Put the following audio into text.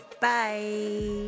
Bye